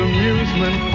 Amusement